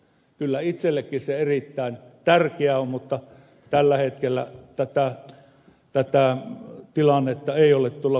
kyllä itsellekin se erittäin tärkeä on mutta tällä hetkellä tätä tilannetta ei ole tuolla pielisellä